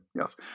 yes